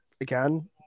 again